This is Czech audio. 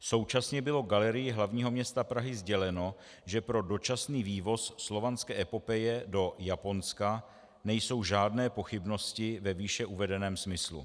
Současně bylo Galerii hl. m. Prahy sděleno, že pro dočasný vývoz Slovanské epopeje do Japonska nejsou žádné pochybnosti ve výše uvedeném smyslu.